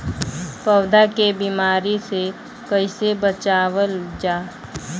पौधा के बीमारी से कइसे बचावल जा?